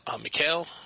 Mikael